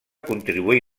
contribuí